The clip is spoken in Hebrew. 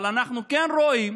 אבל אנחנו כן רואים